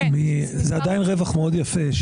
זה, 7%, עדיין רווח מאוד יפה.